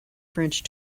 french